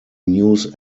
news